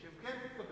שהן כן תתקבלנה.